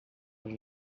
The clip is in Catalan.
els